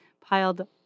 Piled